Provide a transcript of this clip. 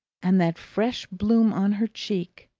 and that fresh bloom on her cheek,